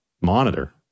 monitor